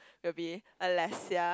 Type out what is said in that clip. will be Alessia